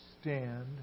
stand